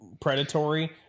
predatory